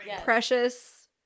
precious